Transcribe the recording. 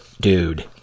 dude